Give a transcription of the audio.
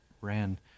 ran